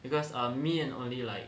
because um me and only like